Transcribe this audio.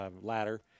ladder